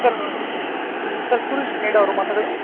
sir sir tourist ಗೈಡಾ ಅವರು ಮಾತಾಡೋದು